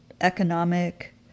economic